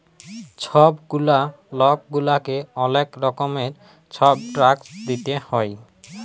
ছব গুলা লক গুলাকে অলেক রকমের ছব ট্যাক্স দিইতে হ্যয়